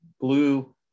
Blue